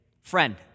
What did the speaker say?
friend